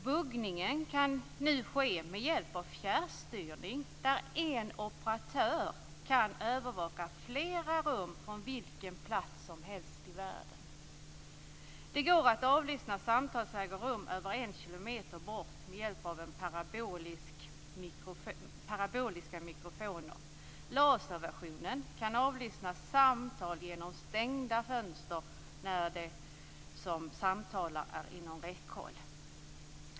Buggning kan nu ske med hjälp av fjärrstyrning där en operatör kan övervaka flera rum från vilken plats som helst i världen. Det går att avlyssna samtal som äger rum över en kilometer bort med hjälp av paraboliska mikrofoner. Laserversionen kan avlyssna samtal genom stängda fönster när de som samtalar är inom räckhåll.